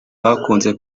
bakunze